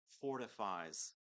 fortifies